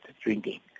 drinking